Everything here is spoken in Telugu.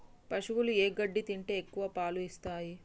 పశువులు ఏ గడ్డి తింటే ఎక్కువ పాలు ఇస్తాయి?